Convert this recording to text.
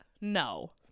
no